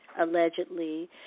allegedly